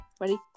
ready